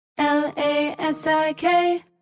L-A-S-I-K